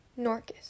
Norcus